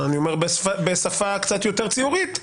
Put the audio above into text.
בשפה קצת יותר ציורית,